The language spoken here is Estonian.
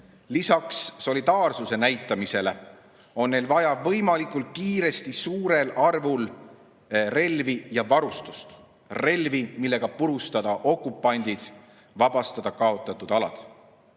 Lisaks solidaarsuse näitamisele on neil vaja võimalikult kiiresti suurel arvul relvi ja varustust, relvi, millega purustada okupandid, vabastada kaotatud alad.